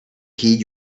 heed